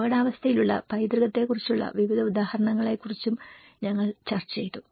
അപകടാവസ്ഥയിലുള്ള പൈതൃകത്തെക്കുറിച്ചുള്ള വിവിധ ഉദാഹരണങ്ങളെക്കുറിച്ചും ഞങ്ങൾ ചർച്ച ചെയ്തു